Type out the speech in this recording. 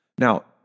Now